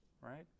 right